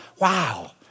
wow